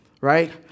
Right